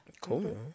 Cool